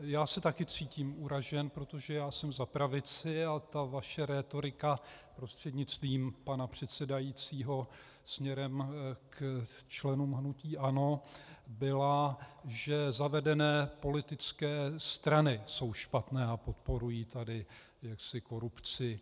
Já se taky cítím uražen, protože já jsem za pravici a ta vaše rétorika, prostřednictvím pana předsedajícího směrem k členům hnutí ANO, byla, že zavedené politické strany jsou špatné a podporují tady korupci.